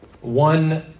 One